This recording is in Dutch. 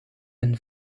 een